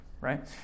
right